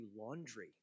laundry